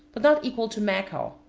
but not equal to macaw,